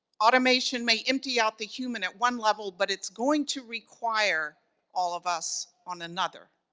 automation may empty out the human at one level, but it's going to require all of us on another.